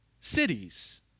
cities